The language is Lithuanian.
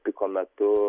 piko metu